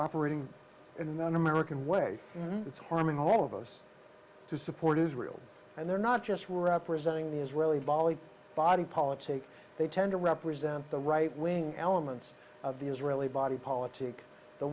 operating in an american way and it's harming all of us to support israel and they're not just representing the israeli bali body politic they tend to represent the right wing elements of the israeli body politic the